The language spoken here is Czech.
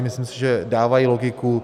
Myslím si, že dávají logiku.